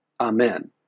Amen